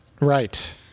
Right